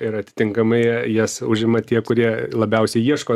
ir atitinkamai jas užima tie kurie labiausiai ieško